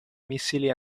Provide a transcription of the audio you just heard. missili